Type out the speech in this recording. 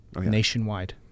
nationwide